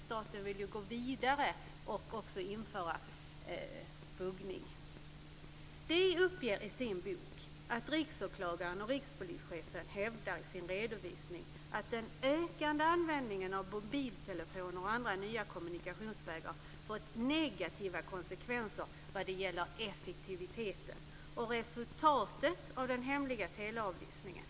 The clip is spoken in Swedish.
Staten vill ju gå vidare och också införa buggning. De uppger i sin bok att Riksåklagaren och Rikspolischefen i sin redovisning hävdar att den ökade användningen av mobiltelefoner och andra nya kommunikationsmedel fått negativa konsekvenser när det gäller effektiviteten i och resultatet av den hemliga teleavlyssningen.